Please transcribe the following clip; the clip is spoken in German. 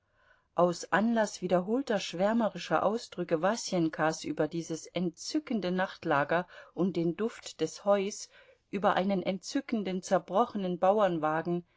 aus anlaß wiederholter schwärmerischer ausdrücke wasenkas über dieses entzückende nachtlager und den duft des heus über einen entzückenden zerbrochenen